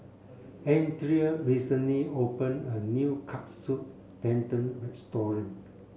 Andria recently opened a new Katsu Tendon restaurant